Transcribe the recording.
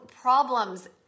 problems